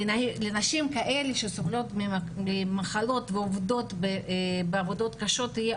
לנשים כאלה שסובלות ממחלות ועובדות בעבודות קשות יהיה